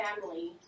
family